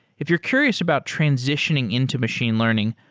if you're curious about transitioning into machine learning,